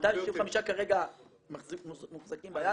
265 כרגע מוחזקים ביד.